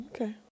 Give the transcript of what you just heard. Okay